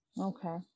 Okay